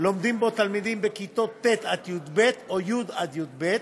בו תלמידים בכיתות ט' עד י"ב או י' עד י"ב,